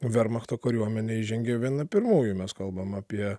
vermachto kariuomenė įžengė viena pirmųjų mes kalbam apie